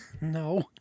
No